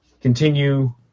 continue